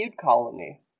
colony